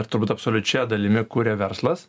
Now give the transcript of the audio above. ar turbūt absoliučia dalimi kuria verslas